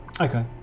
Okay